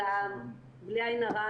אלא בלי עין הרע,